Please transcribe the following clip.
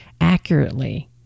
accurately